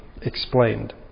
explained